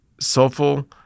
soulful